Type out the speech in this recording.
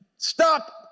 Stop